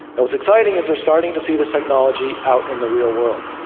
and what's exciting is we're starting to see this technology out in the real world.